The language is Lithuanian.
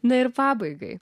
na ir pabaigai